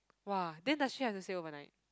!wah! then does she have to stay overnight